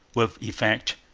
with effect,